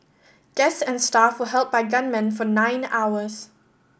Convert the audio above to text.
guests and staff were held by gunmen for nine hours